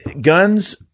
guns